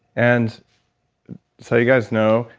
and so you guys know,